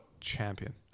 champion